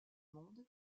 monde